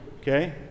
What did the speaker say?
Okay